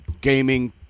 gaming